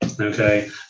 Okay